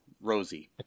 Rosie